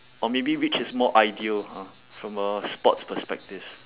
or maybe which is more ideal ha from a sports perspective